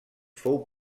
fou